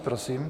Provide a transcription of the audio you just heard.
Prosím.